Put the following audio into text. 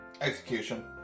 Execution